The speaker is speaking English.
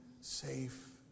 safe